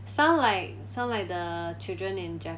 sound like sound like the children in